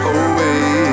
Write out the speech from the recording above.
away